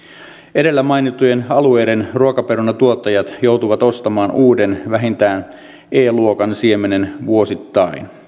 edellä mainittujen alueiden ruokaperunantuottajat joutuvat ostamaan uuden vähintään e luokan siemenen vuosittain